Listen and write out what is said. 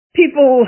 people